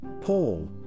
Paul